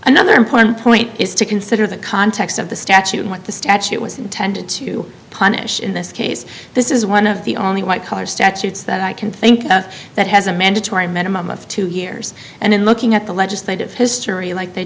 another important point is to consider the context of the statute what the statute was intended to punish in this case this is one of the only white collar statutes that i can think of that has a mandatory minimum of two years and in looking at the legislative history like they